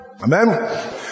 Amen